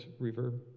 reverb